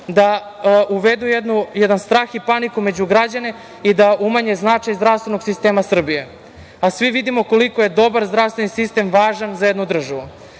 da uvedu jedan strah i paniku među građane i da umanje značaj zdravstvenog sistema Srbije, a svi vidimo koliko dobar zdravstveni sistem je važan za jednu državu.Za